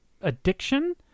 addiction